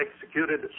executed